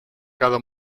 cada